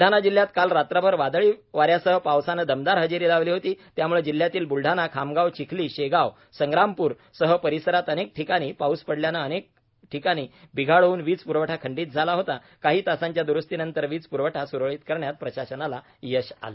ब्लडाणा जिल्ह्यात काल रात्रभर वादळी वाऱ्यासह पावसाने दमदार हजेरी लावली होती त्याम्ळे जिल्ह्यातील ब्लडाणा खामगावचिखली शेगाव संग्रामपुरसह परीसरात अनेक ठिकाणी पाऊस पडल्यामुळे अनेक ठिकाणी बिघाड होऊन वीज पुरवठा खंडित झाला होता काही तासांच्या दुरुस्तीनंतर वीज प्रवठा सुरळीत करण्यात प्रशासनाला यश आले